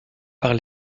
par